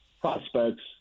prospects